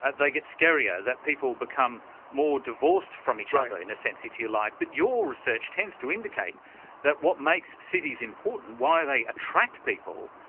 ah they get scarier, that people become more divorced from each other, in a sense, if you like. but your research tends to indicate that what makes cities important, why they attract people,